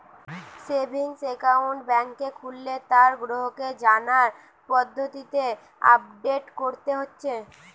savings account বেংকে খুললে তার গ্রাহককে জানার পদ্ধতিকে আপডেট কোরতে হচ্ছে